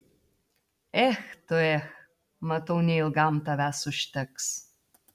ech tu ech matau neilgam tavęs užteks